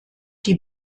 die